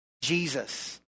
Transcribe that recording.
Jesus